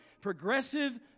progressive